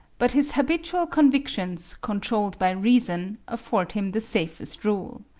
but his habitual convictions, controlled by reason, afford him the safest rule.